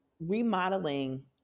remodeling